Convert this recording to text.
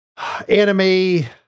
anime